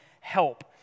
help